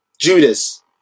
Judas